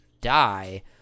die